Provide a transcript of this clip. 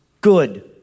good